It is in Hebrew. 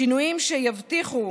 שינויים שיבטיחו